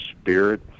spirit